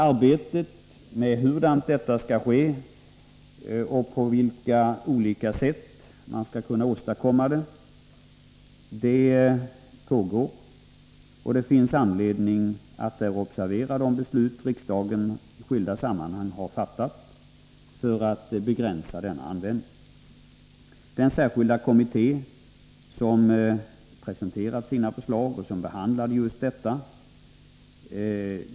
Arbetet med att utröna på vilka olika sätt som vi skallkunna åstadkomma detta pågår. Det finns anledning att här observera de beslut som riksdagen i skilda sammanhang har fattat för att begränsa denna användning. Den särskilda kommitté som behandlade användningen av kemikalier i jordoch skogsbruket har presenterat sina förslag.